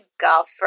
golfer